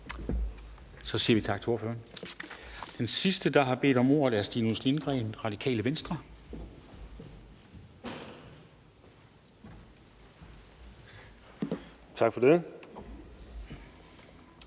Så siger vi tak til ordføreren. Den sidste, der har bedt om ordet, er Stinus Lindgreen, Radikale Venstre. Kl.